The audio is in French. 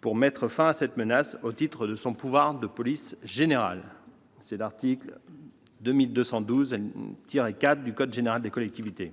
pour mettre fin à cette menace au titre de son pouvoir de police générale ; c'est l'article L. 2212-4 du code général des collectivités